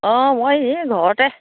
অঁ মই এই ঘৰতে